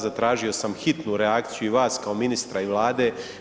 Zatražio sam hitnu reakciju i vas kao ministra i Vlade.